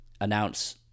announce